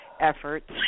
efforts